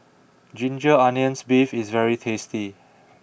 Ginger Onions Beef is very tasty